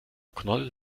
knoll